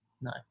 No